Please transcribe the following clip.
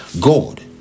God